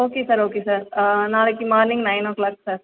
okay sir okay sir நாளைக்கு morning nine o'clock sir